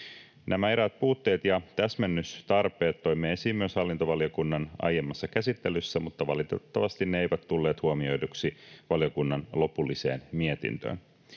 Nämä eräät puutteet ja täsmennystarpeet toimme esiin myös hallintovaliokunnan aiemmassa käsittelyssä, mutta valitettavasti ne eivät tulleet huomioiduksi valiokunnan lopullisessa mietinnössä.